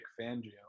Fangio